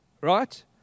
right